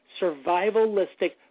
survivalistic